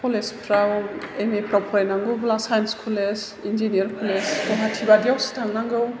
कलेजफ्राव M A फ्राव फरायनांगौब्ला साइन्स कलेज इन्जिनियार कलेज गुवाहाटीबादियावसो थांनांगौ